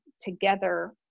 together